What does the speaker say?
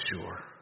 sure